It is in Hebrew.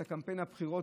את קמפיין הבחירות,